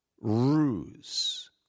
ruse